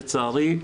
לצערי,